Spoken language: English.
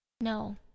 No